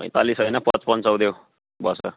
पैँतालिस होइन पच्पन्न सौ देऊ बस